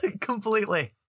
completely